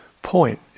Point